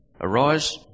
arise